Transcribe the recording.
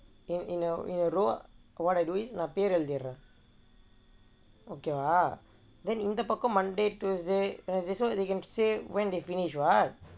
in in err in a row what I do is நான் பெயர் எழுதிறேன்:naan peyar ezhuthiraen okay ah then in the monday tuesday wednesday so that they can say when they finish right